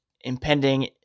impending